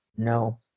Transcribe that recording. No